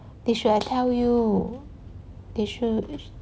they should have tell you they should